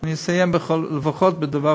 אני אסיים לפחות בדבר